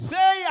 Say